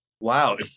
wow